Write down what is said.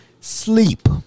sleep